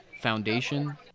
foundation